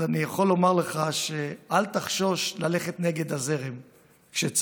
אז אני יכול לומר לך שאל תחשוש ללכת נגד הזרם כשצריך.